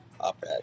up